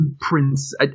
Prince